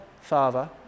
father